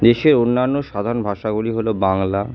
দেশের অন্যান্য সাধারণ ভাষাগুলি হল বাংলা